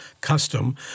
custom